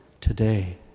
Today